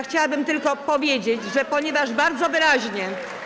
Chciałabym tylko powiedzieć, że ponieważ bardzo wyraźnie.